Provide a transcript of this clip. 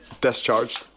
discharged